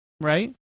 right